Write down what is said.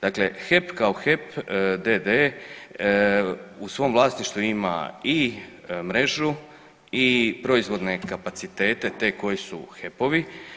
Dakle, HEP kao HEP d.d. u svom vlasništvu ima i mrežu i proizvodne kapacitete te koje su HEP-ovi.